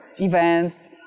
events